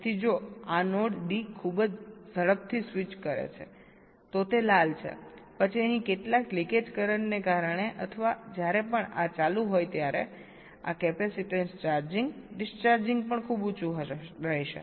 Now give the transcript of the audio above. તેથી જો આ નોડ ડી ખૂબ જ ઝડપથી સ્વિચ કરે છે તો તે લાલ છે પછી અહીં કેટલાક લીકેજ કરંટ ને કારણે અથવા જ્યારે પણ આ ચાલુ હોય ત્યારે આ કેપેસિટેન્સ ચાર્જિંગ ડિસ્ચાર્જિંગ પણ ખૂબ ઉંચું રહેશે